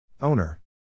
Owner